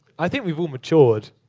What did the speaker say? i think we've all matured,